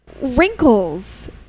wrinkles